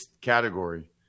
category